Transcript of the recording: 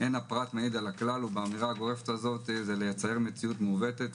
אין הפרט מעיד על הכלל ובאמירה הגורפת הזאת זה לייצר מציאות מעוותת,